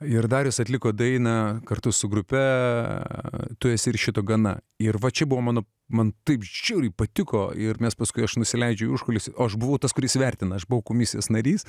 ir darius atliko dainą kartu su grupe tu esi ir šito gana ir va čia buvo mano man taip žiauriai patiko ir mes paskui aš nusileidžiu į užkulisius o aš buvau tas kuris vertina aš buvau komisijos narys